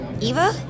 Eva